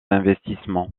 investissements